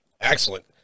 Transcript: Excellent